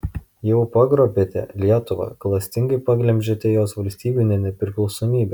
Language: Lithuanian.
jau pagrobėte lietuvą klastingai paglemžėte jos valstybinę nepriklausomybę